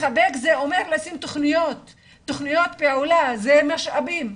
לחבק זה אומר לשים תוכניות פעולה, משאבים.